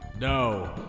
No